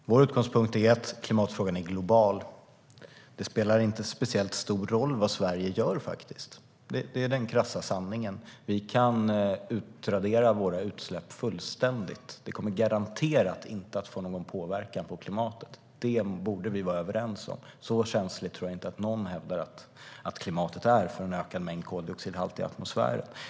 Herr talman! Vår utgångspunkt är att klimatfrågan är global. Det spelar inte speciellt stor roll vad Sverige gör. Det är den krassa sanningen. Vi kan utradera våra utsläpp fullständigt, det kommer garanterat inte att ha någon påverkan på klimatet. Det borde vi vara överens om. Jag tror inte att någon hävdar att klimatet är så känsligt för en ökad mängd koldioxid i atmosfären.